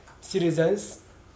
citizens